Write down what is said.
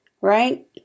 right